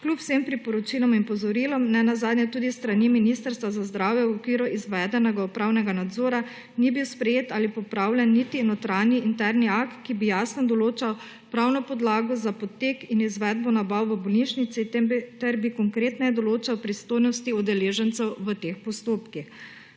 Kljub vsem priporočilom in opozorilom, nenazadnje tudi s strani Ministrstva za zdravje v okviru izvedenega upravnega nadzora, ni bil sprejet ali popravljen niti notranji interni akt, ki bi jasno določal pravno podlago za potek in izvedbo nabav v bolnišnici ter bi konkretneje določal pristojnosti udeležencev v teh postopkih.